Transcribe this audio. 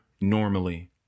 normally